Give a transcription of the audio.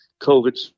COVID